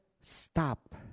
stop